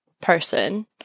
person